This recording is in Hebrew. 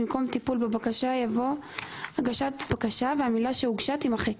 במקום "טיפול בבקשה" יבוא "הגשת בקשה" והמילה "שהוגשה" - תימחק,